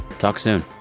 talk soon